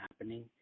happening